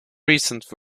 recent